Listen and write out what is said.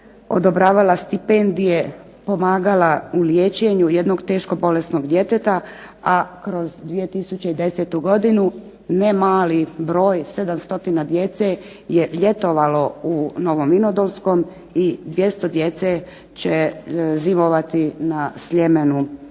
odobravala stipendije, pomagala u liječenju jednog teško bolesnog djeteta, a kroz 2010. godinu ne mali broj 700 je ljetovalo u Novom Vinodolskom i 200 djece će zimovati na Sljemenu